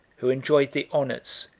who enjoyed the honors,